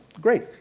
Great